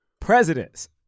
presidents